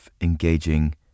engaging